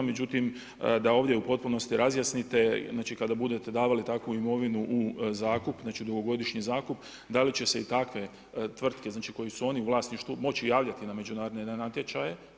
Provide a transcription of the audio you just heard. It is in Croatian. Međutim, da ovdje u potpunosti razjasnite kada budete davali takvu imovinu u zakup, znači, dugogodišnji zakup, da li će se i takve tvrtke znači, koje su oni u vlasništvu moći javljati na međunarodne natječaje.